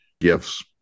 gifts